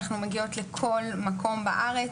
אנחנו מגיעות לכל מקום בארץ,